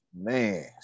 man